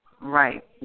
Right